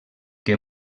que